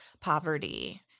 poverty